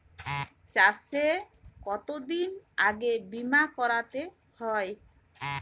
চাষে কতদিন আগে বিমা করাতে হয়?